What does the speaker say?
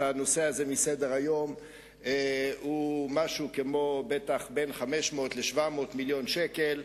הנושא הזה מסדר-היום הוא משהו כמו בין 500 ל-700 מיליון שקל.